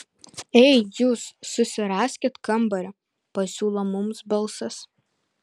ei jūs susiraskit kambarį pasiūlo mums balsas